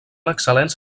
excel·lents